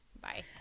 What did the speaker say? Bye